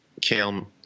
kale